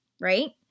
right